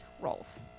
roles